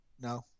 No